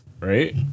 Right